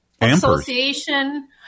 association